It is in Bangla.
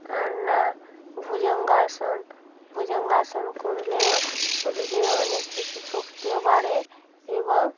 আর না ভুজঙ্গাসন ভুজঙ্গাসন করলেও শরীরের অনেক কিছু শক্তিও বাড়ে এবং